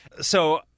So-